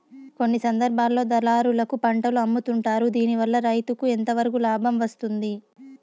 కొన్ని సందర్భాల్లో దళారులకు పంటలు అమ్ముతుంటారు దీనివల్ల రైతుకు ఎంతవరకు లాభం వస్తుంది?